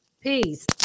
Peace